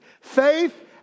Faith